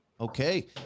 Okay